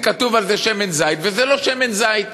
כתוב על זה "שמן זית" וזה לא שמן זית.